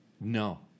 No